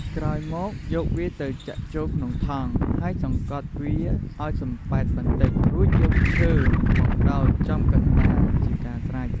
ក្រោយមក យកវាទៅចាក់ចូលក្នុងថង់ ហើយសង្កត់វាអោយសម្ពែតបន្តិច រួចយកឈើមកដោតចំកណ្ដាលជាកាស្រេច។